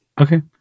Okay